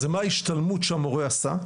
זה מה ההשתלמות שהמורה עשה.